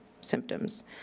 symptoms